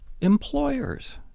employers